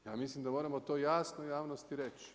Ja mislim da moramo to jasno javnosti reći.